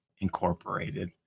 incorporated